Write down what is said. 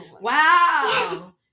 wow